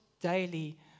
daily